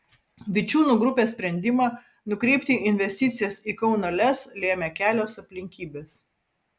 vičiūnų grupės sprendimą nukreipti investicijas į kauno lez lėmė kelios aplinkybės